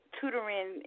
tutoring